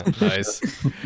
Nice